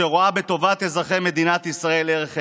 שרואה בטובת אזרחי מדינת ישראל ערך עליון.